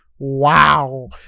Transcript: Wow